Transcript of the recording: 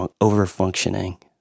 over-functioning